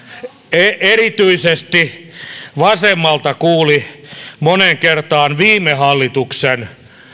erityisesti vasemmalta kuuli moneen kertaan viime hallituksen